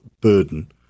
burden